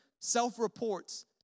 self-reports